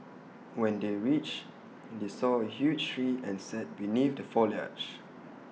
when they reached they saw A huge tree and sat beneath the foliage